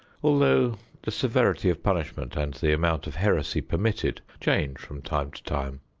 although the severity of punishment and the amount of heresy permitted change from time to time.